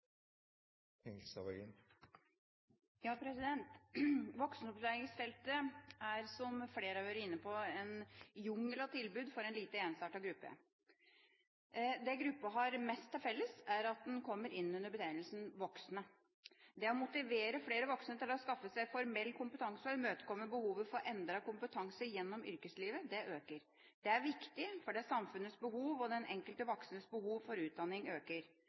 som flere har vært inne på, en jungel av tilbud for en lite ensartet gruppe. Det gruppa har mest til felles, er at de som er der, kommer inn under betegnelsen «voksne». Viktigheten av å motivere flere voksne til å skaffe seg formell kompetanse og imøtekomme behovet for endret kompetanse gjennom yrkeslivet øker. Det er viktig fordi samfunnets behov og den enkelte voksnes behov for utdanning øker.